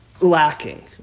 lacking